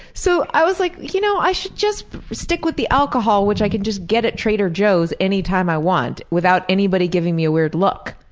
so i was like you know, i should just stick with the alcohol which i can just get at trader joe's anytime i want, without anybody giving me a weird look.